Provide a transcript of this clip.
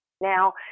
Now